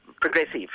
progressive